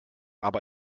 aber